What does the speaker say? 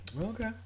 Okay